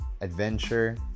Adventure